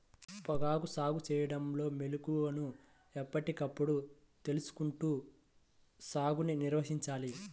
పొగాకు సాగు చేయడంలో మెళుకువలను ఎప్పటికప్పుడు తెలుసుకుంటూ సాగుని నిర్వహించాలి